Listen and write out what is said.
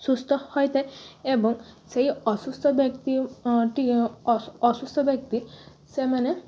ସୁସ୍ଥ ଏବଂ ସେଇ ଅସୁସ୍ଥ ବ୍ୟକ୍ତି ଟି ଅସୁସ୍ଥ ବ୍ୟକ୍ତି ସେମାନେ